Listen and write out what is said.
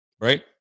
Right